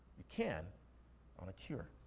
you can on a cure.